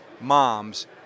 moms